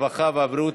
הרווחה והבריאות